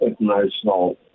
international